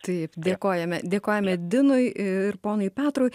taip dėkojame dėkojame dinui ir ponui petrui